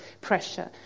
pressure